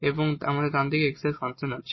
এবং ডানদিকে আমাদের x এর ফাংশন আছে